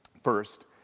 first